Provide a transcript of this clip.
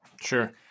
sure